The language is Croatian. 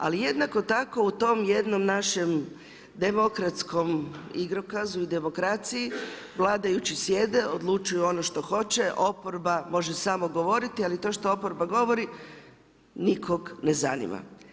Ali, jednako tako u tom jednom našem demokratskom igrokazu i demokraciji vladajući sjede, odluče ono što hoće, oporba može samo govoriti, ali to što oporba govori, nikoga ne zanima.